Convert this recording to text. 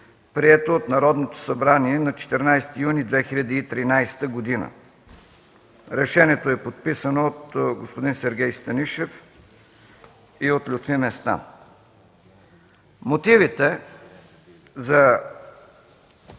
прието от Народното събрание на 14 юни 2013 г.” Решението е подписано от господин Сергей Станишев и от Лютви Местан. Мотивите за